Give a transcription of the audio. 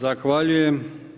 Zahvaljujem.